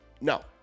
No